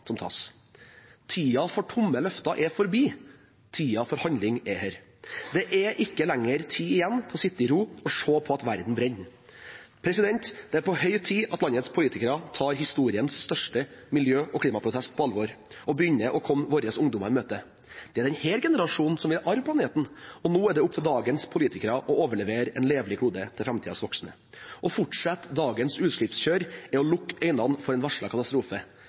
som tas. Tiden for tomme løfter er forbi. Tiden for handling er her. Det er ikke lenger tid igjen til å sitte i ro og se på at verden brenner. Det er på høy tid at landets politikere tar historiens største miljø- og klimaprotest på alvor og begynner å komme våre ungdommer i møte. Det er denne generasjonen som vil arve planeten, og nå er det opp til dagens politikere å overlevere en levelig klode til framtidens voksne. Å fortsette dagens utslippskjør er å lukke øynene for en varslet katastrofe.